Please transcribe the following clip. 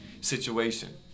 situation